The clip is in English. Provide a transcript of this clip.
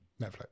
Netflix